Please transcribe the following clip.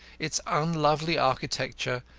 its unlovely architecture,